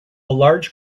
large